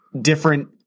different